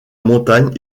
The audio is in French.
montagne